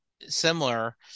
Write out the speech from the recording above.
similar